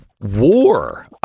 war